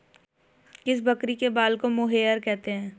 किस बकरी के बाल को मोहेयर कहते हैं?